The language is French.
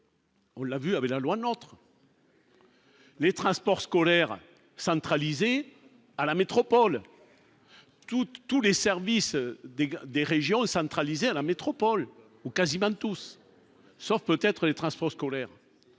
On l'a vu avec la loi notre. Les transports scolaires centralisé à la métropole toute tous les services des des régions et centralisé à la métropole où quasiment tous, sauf peut-être les transports scolaires,